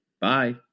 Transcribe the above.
Bye